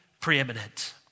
preeminent